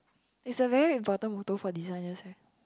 it's a very important motto for this ya you say